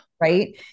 Right